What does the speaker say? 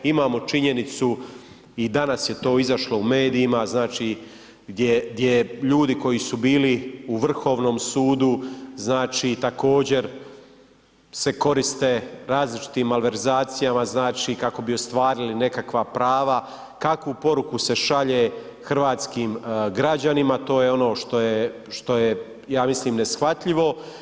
Imamo činjenicu i danas je to izašlo u medijima, znači gdje ljudi koji su bili u vrhovnom sudu, znači također se koriste različitim malverzacijama znači kako bi ostvarili nekakva prava, kakvu poruku se šalje hrvatskim građanima, to je ono što je, što je ja mislim neshvatljivo.